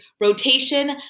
rotation